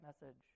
message